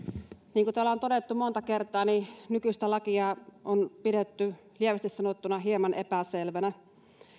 niin kuin täällä on todettu monta kertaa niin nykyistä lakia on pidetty lievästi sanottuna hieman epäselvänä